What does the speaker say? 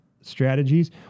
strategies